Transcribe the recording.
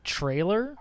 trailer